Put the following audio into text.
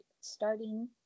starting